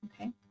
Okay